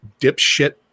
dipshit